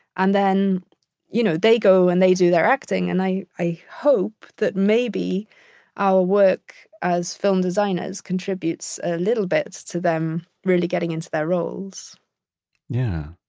and then you know they go and they do their acting, and i i hope that maybe our work as film designers contributes a little bit to them really getting into their roles yeah.